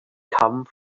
come